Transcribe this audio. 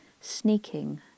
sneaking